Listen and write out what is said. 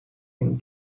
him